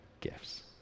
gifts